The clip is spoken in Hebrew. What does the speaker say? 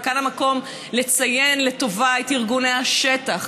כאן המקום לציין לטובה את ארגוני השטח,